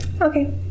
Okay